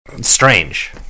strange